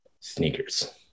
sneakers